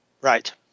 Right